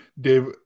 Dave